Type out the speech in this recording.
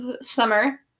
summer